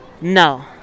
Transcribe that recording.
No